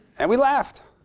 and we laughed,